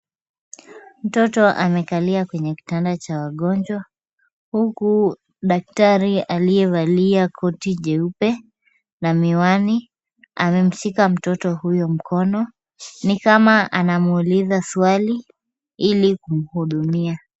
Mtoto amekalia kwenye kitanda cha wagonjwa, huku daktari aliyevalia koti jeupe na miwani amemshika mtoto huyo mkono, nikama anamuuliza swali ili kumhudumia.